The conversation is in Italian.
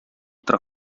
tra